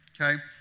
okay